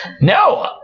No